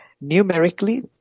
numerically